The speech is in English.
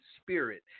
spirit